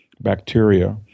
bacteria